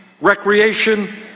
recreation